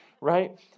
right